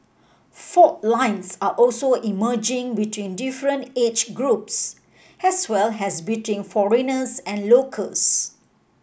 fault lines are also emerging between different age groups as well as between foreigners and locals